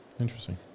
Interesting